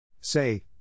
Say